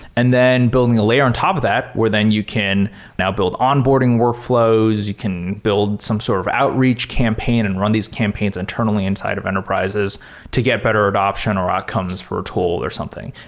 and then building a layer on top of that where then you can now build onboarding workflows. you can build some sort of outreach campaign and run these campaigns internally inside of enterprises to get better adaption or outcomes for a tool or something.